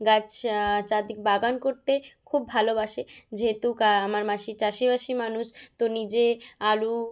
গাছ চারদিক বাগান করতে খুব ভালোবাসে যেহেতু কা আমার মাসি চাষিবাসী মানুষ তো নিজে আলু